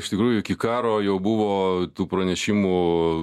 iš tikrųjų iki karo jau buvo tų pranešimų